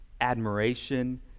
admiration